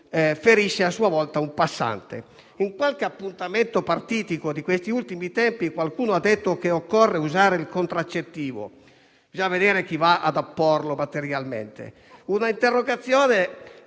ferisce a sua volta un passante. In qualche appuntamento partitico di questi ultimi tempi qualcuno ha detto che occorre usare il contraccettivo: bisogna vedere chi va ad apporlo materialmente. Un'interrogazione